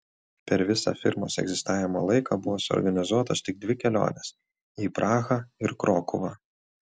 per visą firmos egzistavimo laiką buvo suorganizuotos tik dvi kelionės į prahą ir krokuvą